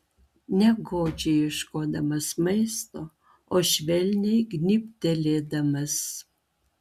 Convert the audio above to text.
ne godžiai ieškodamas maisto o švelniai gnybtelėdamas